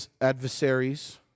adversaries